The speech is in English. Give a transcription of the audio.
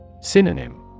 Synonym